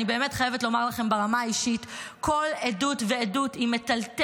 אני באמת חייבת לומר לכם ברמה האישית שכל עדות ועדות מטלטלת,